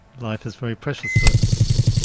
life is very precious to us.